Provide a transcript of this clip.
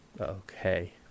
okay